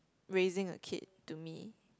raising a kid to me